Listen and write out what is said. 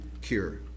cure